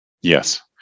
Yes